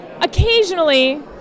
occasionally